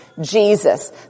Jesus